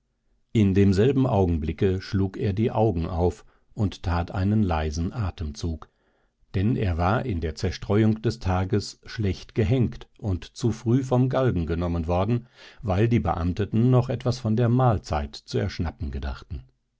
in demselben augenblicke schlug er die augen auf und tat einen leisen atemzug denn er war in der zerstreuung des tages schlecht gehenkt und zu früh vom galgen genommen worden weil die beamteten noch etwas von der mahlzeit zu erschnappen gedachten